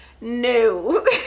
no